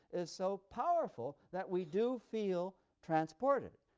is so powerful that we do feel transported.